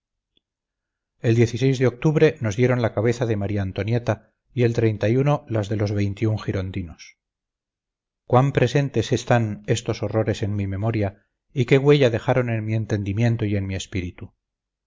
el de octubre nos dieron la cabeza de maría antonieta y el las de los veintiún girondinos cuán presentes están estos horrores en mi memoria y qué huella dejaron en mi entendimiento y en mi espíritu